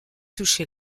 touché